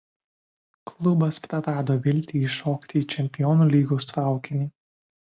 klubas prarado viltį įšokti į čempionų lygos traukinį